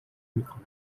میکند